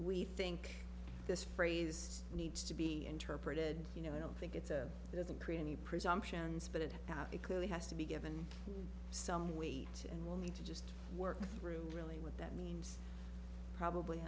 we think this phrase needs to be interpreted you know i don't think it's a doesn't create any presumptions but it clearly has to be given some weight and will need to just work through really what that means probably